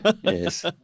Yes